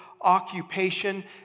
occupation